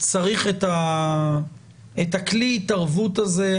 צריך את הכלי התערבות הזה.